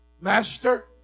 Master